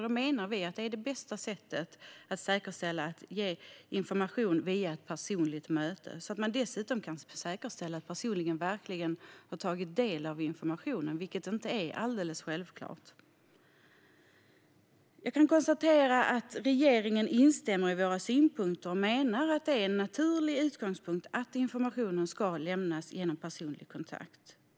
Vi menar att det bästa sättet att säkerställa detta är att ge information vid ett personligt möte så att man dessutom kan säkerställa att personen verkligen har tagit del av informationen, vilket inte är alldeles självklart. Jag kan konstatera att regeringen instämmer i våra synpunkter och menar att det är en naturlig utgångspunkt att informationen ska lämnas genom personlig kontakt.